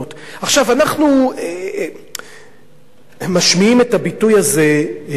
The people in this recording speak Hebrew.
אנחנו משמיעים את הביטוי הזה הרבה,